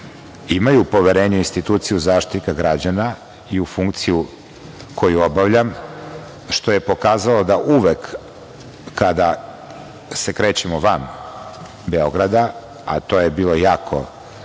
imaju poverenje u instituciju Zaštitnika građana i u funkciju koju obavljam, što je pokazalo da uvek kada se krećemo van Beograda, a to je bilo baš